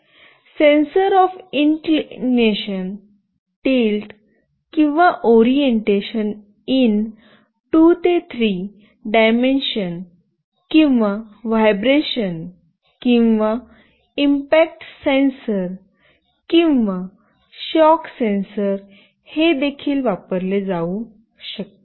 sensor of inclination tilt किंवा orientation in 2 ते 3 dimension किंवा व्हायब्रेशन किंवा इम्पॅक्ट सेन्सर किंवा शॉक सेन्सर हे देखील वापरले जाऊ शकते